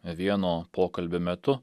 vieno pokalbio metu